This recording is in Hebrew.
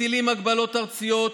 מטילים הגבלות ארציות,